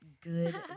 Good